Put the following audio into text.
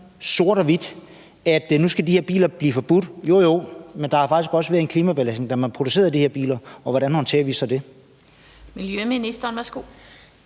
sort og hvidt, i forhold til at de her biler nu skal forbydes? For der har faktisk også været en klimabelastning, da man producerede de her biler, og hvordan håndterer vi så det? Kl. 16:18 Den fg.